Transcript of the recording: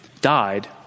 died